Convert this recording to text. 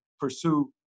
pursue